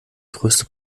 größte